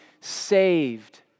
saved